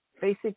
basic